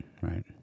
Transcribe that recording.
right